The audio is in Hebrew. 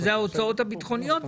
שזה ההוצאות הביטחוניות,